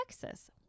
Texas